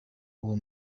uwo